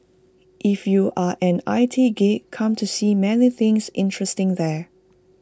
if you are an I T geek come to see many things interesting there